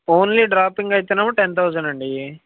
only dropping అయితేనెమో ten thousand అండి